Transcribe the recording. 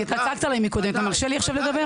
כי אתה צעקת עליי מקודם, אתה מרשה לי עכשיו לדבר?